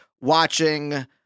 watching